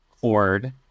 cord